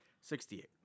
Sixty-eight